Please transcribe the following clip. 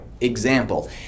Example